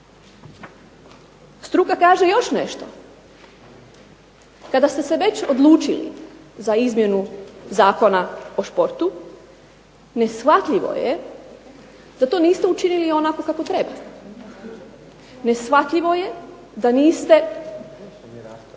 Struka kaže još nešto. Kada ste se već odlučili za izmjenu Zakona o športu neshvatljivo je da to niste učinili kako treba, neshvatljivo je da niste